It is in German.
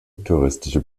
touristische